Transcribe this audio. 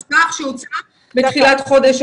יש מסמך שהוצג בתחילת חודש,